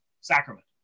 sacrament